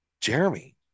Jeremy